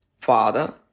Father